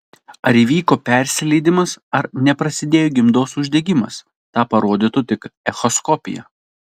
ar įvyko persileidimas ar neprasidėjo gimdos uždegimas tą parodytų tik echoskopija